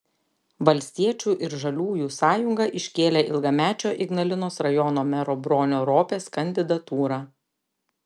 valstiečių ir žaliųjų sąjunga iškėlė ilgamečio ignalinos rajono mero bronio ropės kandidatūrą